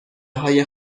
های